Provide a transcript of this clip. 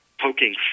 poking